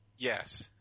Yes